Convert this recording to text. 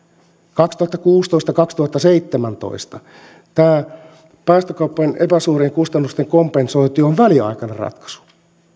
kaksituhattakuusitoista viiva kaksituhattaseitsemäntoista tämä päästökaupan epäsuorien kustannusten kompensointi on väliaikainen ratkaisu